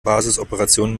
basisoperationen